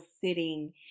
sitting